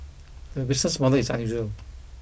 the business model is unusual